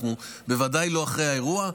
אנחנו בוודאי לא אחרי האירוע,